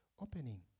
opening